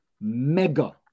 mega